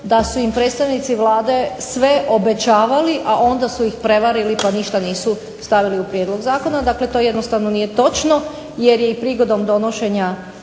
Da su im predstavnici Vlade sve obećavali, a onda su ih prevarili pa ništa nisu stavili u prijedlog zakona. Dakle, to jednostavno nije točno jer je i prigodom donošenja